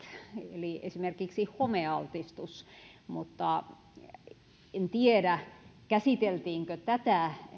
eli esimerkiksi homealtistus en tiedä käsiteltiinkö tätä